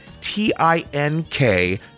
T-I-N-K